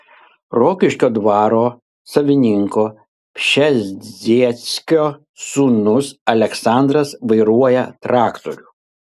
rokiškio dvaro savininko pšezdzieckio sūnus aleksandras vairuoja traktorių